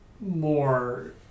more